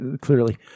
Clearly